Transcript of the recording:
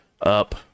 up